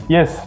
Yes